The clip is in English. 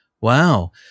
Wow